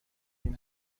این